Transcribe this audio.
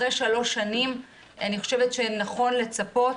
אחרי שלוש שנים אני חושבת שנכון לצפות